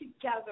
together